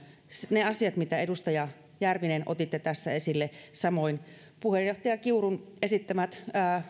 ne asiat mitä edustaja järvinen otitte tässä esille ja samoin puheenjohtaja kiurun esittämät